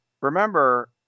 remember